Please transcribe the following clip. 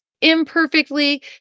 imperfectly